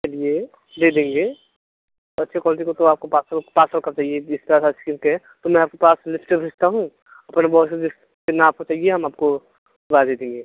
चलिए दे देंगे अच्छा क्वालटी का तो आपको पाँच सौ पाँच सौ का चाहिए जिस तरह से आइस क्रीम के तो मैं आपको पाँच लिस्टें भेजता हूँ पहले कितना आपको चाहिए हम आपको वो दे देंगे